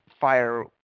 fire